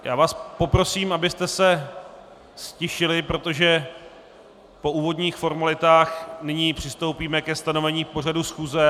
Já vás poprosím, abyste se ztišili, protože po úvodních formalitách nyní přistoupíme ke stanovení pořadu schůze.